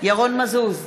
ירון מזוז,